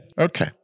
Okay